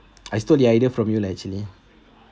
I stole the idea from you lah actually